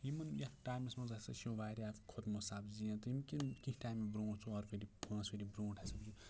یِمَن یَتھ ٹایمَس منٛز ہَسا چھُ واریاہ کھوٚتمُت سَبزِیَن تہٕ ییٚمہ کِنۍ کیٚنٛہہ ٹایمہٕ برٛونٛٹھ ژوٗر ؤری پانٛژھ ؤری برٛونٛٹھ ہَسا